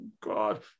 God